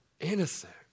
innocent